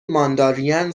ماندارین